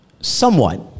somewhat